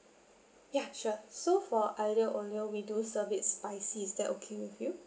ya sure so for aglio olio we do serve it spicy is that okay with you